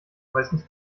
meistens